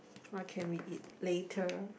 what can we eat later